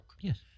Yes